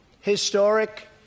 historic